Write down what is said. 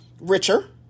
Richer